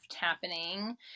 happening